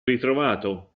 ritrovato